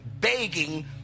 begging